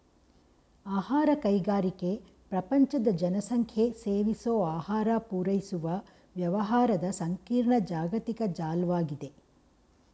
ಆಹಾರ ಕೈಗಾರಿಕೆ ಪ್ರಪಂಚದ ಜನಸಂಖ್ಯೆಸೇವಿಸೋಆಹಾರಪೂರೈಸುವವ್ಯವಹಾರದಸಂಕೀರ್ಣ ಜಾಗತಿಕ ಜಾಲ್ವಾಗಿದೆ